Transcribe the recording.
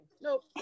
nope